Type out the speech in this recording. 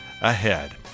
ahead